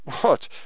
What